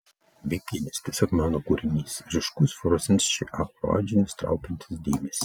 bikinis tiesiog meno kūrinys ryškus fluorescuojančiai oranžinis traukiantis dėmesį